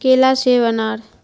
کیلا سیب انار